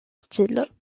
style